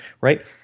Right